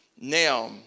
Now